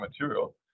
material